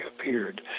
appeared